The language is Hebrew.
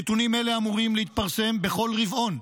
נתונים אלה אמורים להתפרסם בכל רבעון.